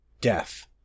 death